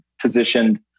positioned